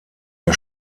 der